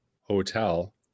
hotel